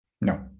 no